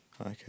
Okay